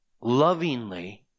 lovingly